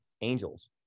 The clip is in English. Angels